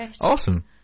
awesome